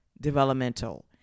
developmental